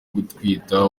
gutwita